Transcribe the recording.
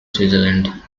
switzerland